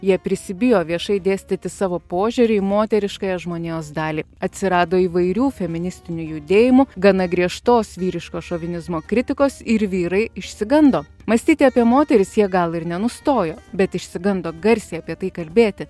jie prisibijo viešai dėstyti savo požiūrį į moteriškąją žmonijos dalį atsirado įvairių feministinių judėjimų gana griežtos vyriško šovinizmo kritikos ir vyrai išsigando mąstyti apie moteris jie gal ir nenustojo bet išsigando garsiai apie tai kalbėti